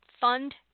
fund